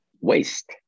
waste